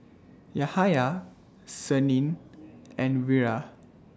Yahaya Senin and Wira